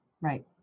Right